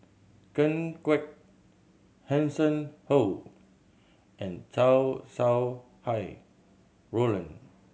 Ken Kwek Hanson Ho and Chow Sau Hai Roland